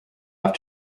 have